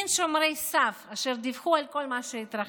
מין שומרי סף אשר דיווחו על כל מה שהתרחש.